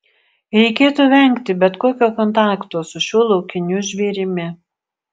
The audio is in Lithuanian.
reikėtų vengti bet kokio kontakto su šiuo laukiniu žvėrimi